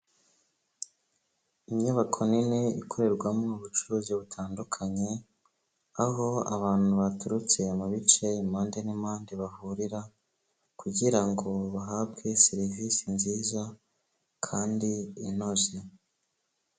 Inyubako nini ikorerwamo ubucuruzi butandukanye, aho abantu baturutse mu bice impande n'impande bahurira, kugira ngo bahabwe serivisi nziza kandi inoze.